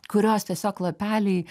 kurios tiesiog lapeliai